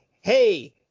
hey –